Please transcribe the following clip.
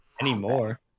Anymore